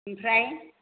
ओमफ्राय